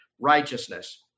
righteousness